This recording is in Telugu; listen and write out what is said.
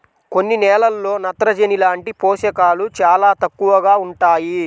కొన్ని నేలల్లో నత్రజని లాంటి పోషకాలు చాలా తక్కువగా ఉంటాయి